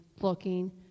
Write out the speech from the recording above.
looking